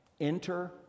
enter